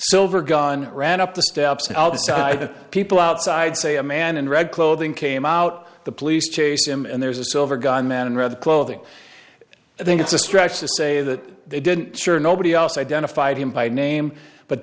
silver gun ran up the steps outside people outside say a man and red clothing came out the police chase him and there's a silver gun man in red clothing i think it's a stretch to say that they didn't sure nobody else identified him by name but